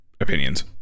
opinions